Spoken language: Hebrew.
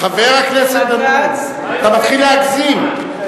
חבר הכנסת דנון, אתה מתחיל להגזים.